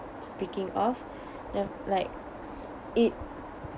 speaking of you know like it